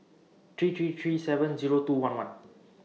three three three seven Zero two one one